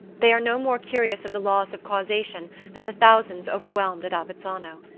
they are no more curious of the laws of causation than the thousands overwhelmed at avezzano.